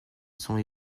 sont